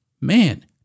Man